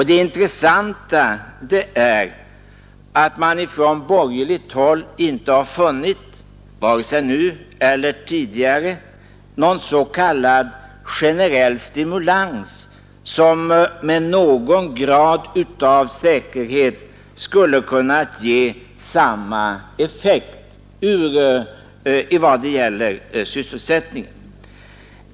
Det intressanta är att man ifrån borgerligt håll inte har funnit, vare sig nu eller tidigare, någon s.k. generell stimulans som med någon grad av säkerhet skulle ha kunnat ge samma effekt i vad gäller sysselsättningen.